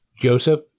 Joseph